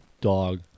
dog